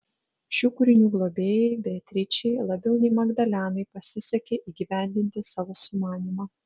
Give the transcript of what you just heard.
šių kūrinių globėjai beatričei labiau nei magdalenai pasisekė įgyvendinti savo sumanymą